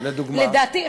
לדעתי,